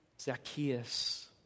Zacchaeus